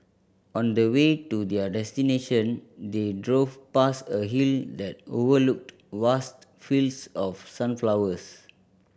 on the way to their destination they drove past a hill that overlooked vast fields of sunflowers